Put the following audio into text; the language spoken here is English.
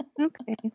Okay